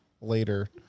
later